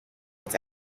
its